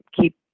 keep